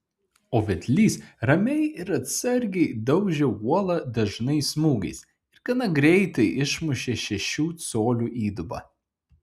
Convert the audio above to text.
o vedlys ramiai ir atsargiai daužė uolą dažnais smūgiais ir gana greitai išmušė šešių colių įdubą